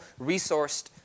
resourced